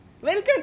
Welcome